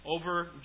over